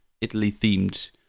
Italy-themed